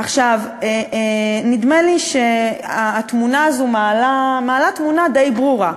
עכשיו, נדמה לי שהתמונה הזאת מעלה תמונה די ברורה.